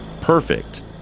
perfect